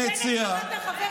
לבנט קראת חבר כנסת ולו קראת שר.